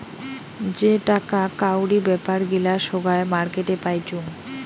যেটাকা কাউরি বেপার গিলা সোগায় মার্কেটে পাইচুঙ